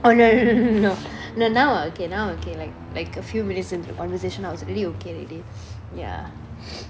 oh no no no no n~ now I'm okay now I'm okay like like a few medicine conversation I was already okay already ya